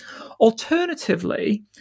Alternatively